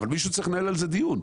אבל מישהו צריך לקיים על זה דיון.